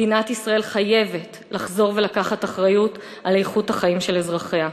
מדינת ישראל חייבת לחזור ולקחת אחריות על איכות החיים של אזרחיה.